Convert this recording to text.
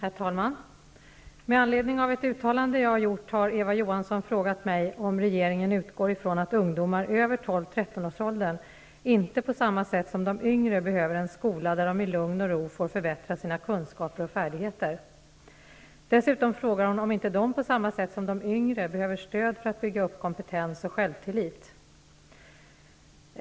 Herr talman! Med anledning av ett uttalande jag gjort har Eva Johansson frågat mig om regeringen utgår från att ungdomar över 12--13-årsåldern inte på samma sätt som de yngre behöver en skola, där de i lugn och ro får förbättra sina kunskaper och färdigheter. Dessutom frågar hon om inte de på samma sätt som de yngre behöver stöd för att bygga upp kompetens och självtillit.